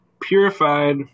purified